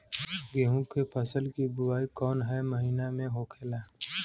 गेहूँ के फसल की बुवाई कौन हैं महीना में होखेला?